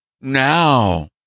Now